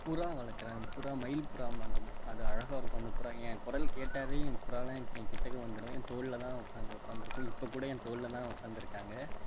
புறா வளர்க்குறேன் புறா மயில் புறாம்பாங்க அது அழகாக இருக்கும் அந்த புறா என் குரல் கேட்டாவே என் புறாலாம் என் கிட்டக்க வந்துரும் என் தோளில் உட்காத்து உட்காந்துருக்கும் இப்போக்கூட என் தோளில் தான் உக்காந்துருக்காங்க